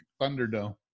Thunderdome